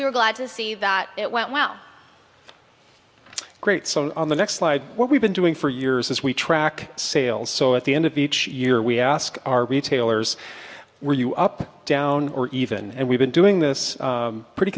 we were glad to see that it went well great song on the next slide what we've been doing for years as we track sales so at the end of each year we ask our retailers were you up down or even and we've been doing this pretty